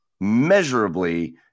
measurably